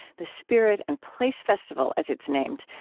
the spirit and place festival, as it's named,